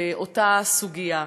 באותה סוגיה?